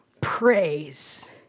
praise